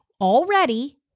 already